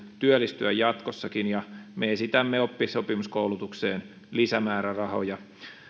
työllistyä jatkossakin me esitämme oppisopimuskoulutukseen lisämäärärahoja